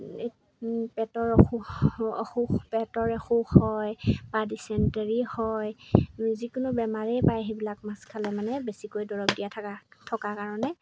পেটৰ অসুখ অসুখ পেটৰ অসুখ হয় বা ডিচেণ্টেৰি হয় যিকোনো বেমাৰে পায় সেইবিলাক মাছ খালে মানে বেছিকৈ দৰব দিয়া থকা থকাৰ কাৰণে